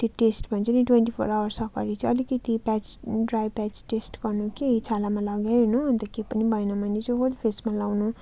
त्यो टेस्ट भन्छ नि ट्वेन्टी फोर अवर्स सकेर चाहिँ अलिकति प्याच ड्राई प्याच टेस्ट गर्नु के छालामा लगाई हेर्नु होइन अन्त केही पनि भएन भने चाहिँ होल फेसमा लगाउनु